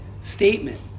statement